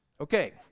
Okay